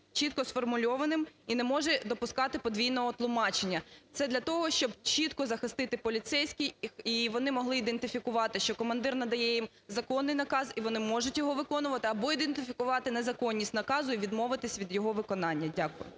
чітко сформульованим і не може допускати подвійного тлумачення. Це для того, щоб чітко захистити поліцейських, і вони могли ідентифікувати, що командир надає їм законний наказ, і вони можуть його виконувати або ідентифікувати незаконність наказу і відмовитись від його виконання. Дякую.